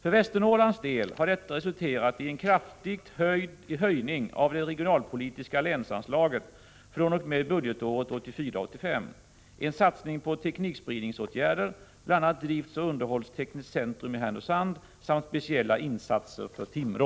För Västernorrlands del har detta resulterat i en kraftig höjning av det regionalpolitiska länsanslaget fr.o.m. budgetåret 1984/85, en satsning på teknikspridningsåtgärder — bl.a. Driftsoch underhållstekniskt centrum i Härnösand — samt speciella insatser för Timrå.